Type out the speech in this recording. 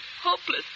hopeless